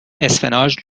اسفناج